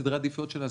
בסדרי העדיפויות שלנו,